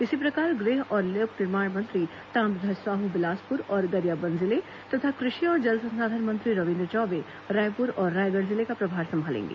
इसी प्रकार गृह और लोक निर्माण मंत्री ताम्रध्वज साहू बिलासपुर और गरियाबंद जिले तथा कृषि और जल संसाधन मंत्री रविन्द्र चौबे रायपुर और रायगढ़ जिले का प्रभार संभालेंगे